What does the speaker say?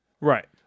Right